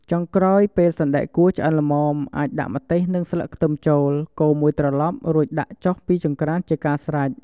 ចុងក្រោយ ពេលសណ្ដែកគួរឆ្អិនល្មម អាចដាក់ម្ទេសនិងស្លឹកខ្ទឹមចូល កូរមួយត្រឡប់ រួចដាក់ចុះពីចង្ក្រានជាការស្រេច។